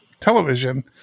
television